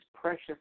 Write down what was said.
precious